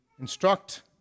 instruct